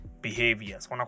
behaviors